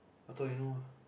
I thought you know ah